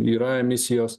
yra emisijos